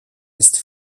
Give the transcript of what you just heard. ist